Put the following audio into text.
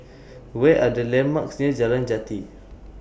What Are The landmarks near Jalan Jati